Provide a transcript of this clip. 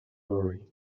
worry